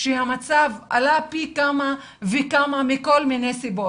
שהמצב עלה פי כמה וכמה מכל מיני סיבות.